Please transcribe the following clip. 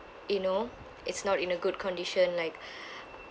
you know it's not in a good condition like